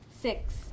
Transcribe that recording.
Six